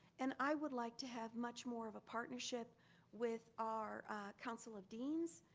and i would like to have much more of a partnership with our council of deans,